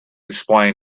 explain